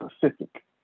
Pacific